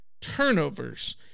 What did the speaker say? turnovers